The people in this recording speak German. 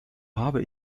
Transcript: habe